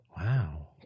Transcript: Wow